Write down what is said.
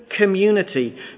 community